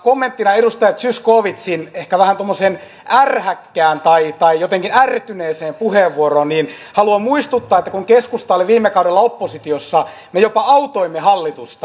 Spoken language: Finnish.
kommenttina edustaja zyskowiczin ehkä vähän tuommoiseen ärhäkkään tai jotenkin ärtyneeseen puheenvuoroon haluan muistuttaa että kun keskusta oli viime kaudella oppositiossa me jopa autoimme hallitusta